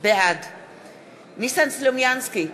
בעד ניסן סלומינסקי,